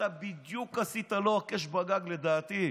אתה בדיוק עשית לו הקש בגג, לדעתי.